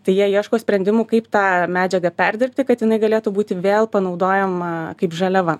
tai jie ieško sprendimų kaip tą medžiagą perdirbti kad jinai galėtų būti vėl panaudojama kaip žaliava